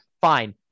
fine